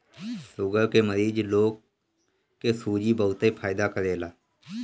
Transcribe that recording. sugar के मरीज लोग के सूजी बहुते फायदा करेला